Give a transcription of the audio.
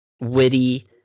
witty